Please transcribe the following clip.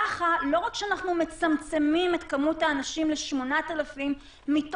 ככה לא רק שאנחנו מצמצמים את כמות האנשים ל-8,000 מתוך